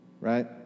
right